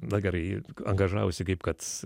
na gerai angažavosi kaip kad